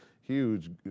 huge